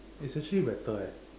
it's actually better eh